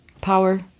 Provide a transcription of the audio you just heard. power